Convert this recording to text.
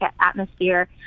atmosphere